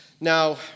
Now